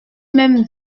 même